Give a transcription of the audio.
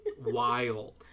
wild